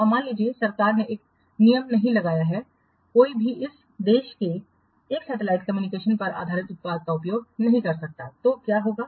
और मान लीजिए सरकार ने एक नियम नहीं लगाया है कोई भी इस देश में एक सेटेलाइट कम्युनिकेशन पर आधारित उत्पाद का उपयोग नहीं कर सकता है तो क्या होगा